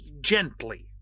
gently